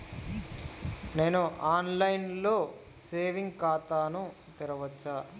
నేను online లో saving ఖాతా ను తెరవచ్చా?